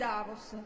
Davos